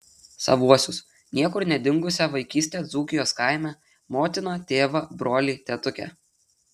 savuosius niekur nedingusią vaikystę dzūkijos kaime motiną tėvą brolį tetukę